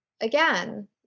again